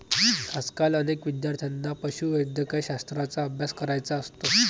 आजकाल अनेक विद्यार्थ्यांना पशुवैद्यकशास्त्राचा अभ्यास करायचा असतो